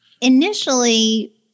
Initially